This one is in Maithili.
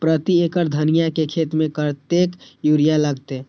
प्रति एकड़ धनिया के खेत में कतेक यूरिया लगते?